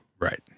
Right